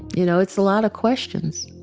you know, it's a lot of questions.